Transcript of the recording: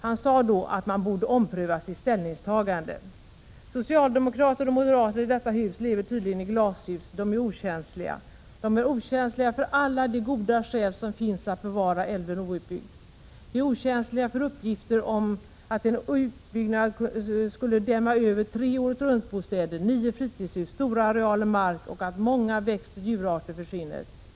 Han sade då att man borde ompröva sitt ställningstagande. Socialdemokrater och moderater i detta hus lever tydligen i glasbur. De är okänsliga. De är okänsliga för alla de goda skäl som finns för att bevara älven outbyggd. De är okänsliga för uppgiften om att en utbyggnad skulle dämma över tre åretruntbostäder, nio fritidshus och stora arealer mark samt att många växtoch djurarter försvinner.